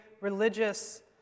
religious